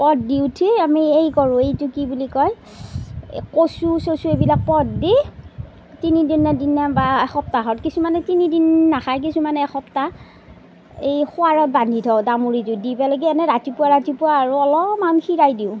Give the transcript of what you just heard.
পদ দি উঠি আমি এই কৰোঁ এইটো কি বুলি কয় কচু চচু এইবিলাক পদ দি তিনিদিনৰ দিনা বা এসপ্তাহত কিছুমানে তিনিদিন নাখায় কিছুমানে এসপ্তাহ এই খোৱাৰত বান্ধি থওঁ দামৰিটো দি পেলাই কি এনেই ৰাতিপুৱা ৰাতিপুৱা আৰু অলপমান খীৰাই দিওঁ